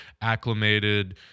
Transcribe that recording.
acclimated